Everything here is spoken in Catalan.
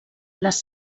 les